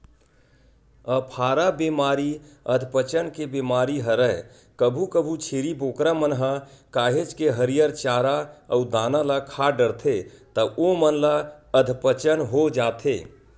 अफारा बेमारी अधपचन के बेमारी हरय कभू कभू छेरी बोकरा मन ह काहेच के हरियर चारा अउ दाना ल खा डरथे त ओमन ल अधपचन हो जाथे